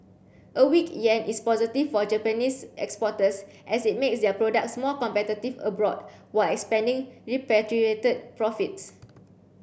a weak yen is positive for Japanese exporters as it makes their products more competitive abroad while expanding repatriated profits